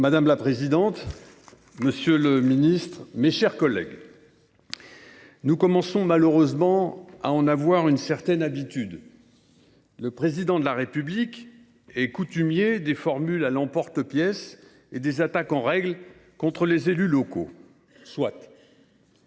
Madame la présidente, monsieur le ministre, mes chers collègues, nous commençons malheureusement à en avoir une certaine habitude : le Président de la République est coutumier des formules à l’emporte-pièce et des attaques en règle contre les élus locaux. Soit